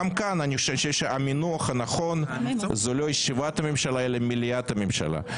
גם כאן אני חושב שהמינוח הנכון זה לא ישיבת ממשלה אלא מליאת הממשלה.